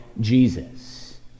Jesus